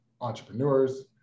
entrepreneurs